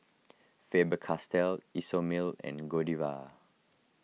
Faber Castell Isomil and Godiva